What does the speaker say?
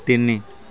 ତିନି